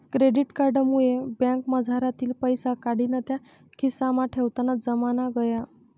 credit card मुये बँकमझारतीन पैसा काढीन त्या खिसामा ठेवताना जमाना गया